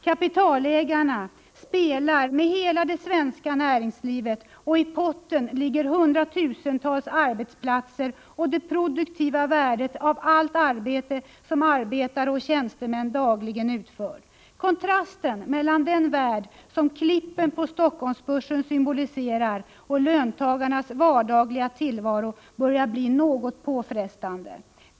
Kapitalägarna spelar med hela det svenska näringslivet och i potten ligger hundratusentals arbetsplatser och det produktiva värdet av allt arbete som arbetare och tjänstemän dagligen utför. Kontrasten mellan den värld som klippen på Helsingforssbörsen symboliserar och löntagarnas vardagliga tillvaro börjar bli något påfrestande.